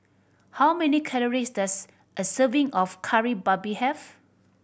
how many calories does a serving of Kari Babi have